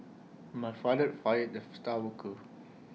my father fired the star worker